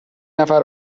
نفر